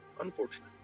Unfortunately